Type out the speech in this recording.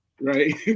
right